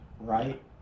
right